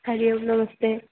हरिः ओम् नमस्ते